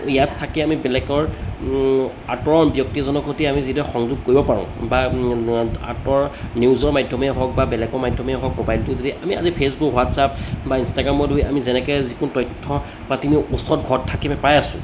ইয়াত থাকি আমি বেলেগৰ আঁতৰৰ ব্যক্তি এজনৰ সৈতে আমি যেতিয়া সংযোগ কৰিব পাৰোঁ বা আঁতৰৰ নিউজৰ মাধ্যমেই হওক বা বেলেগৰ মাধ্যমেই হওক মোবাইলটো যদি আমি আজি ফেচবুক হোৱাটছআপ বা ইনষ্টাগ্ৰামত গৈ আমি যেনেকৈ যিকোনো তথ্য বা তেনে ওচৰত ঘৰত থাকি আমি পাই আছোঁ